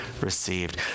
received